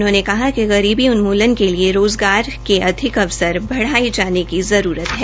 उन्होंने कहा कि गरीबी उन्मूल्न के लिए रोज़गार के अधिक अवसर बढ़ाये जाने की जरूरत है